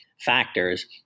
factors